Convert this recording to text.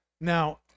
now